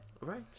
Right